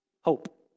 hope